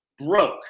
Broke